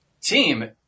team